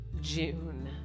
june